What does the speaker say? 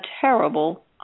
terrible